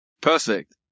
perfect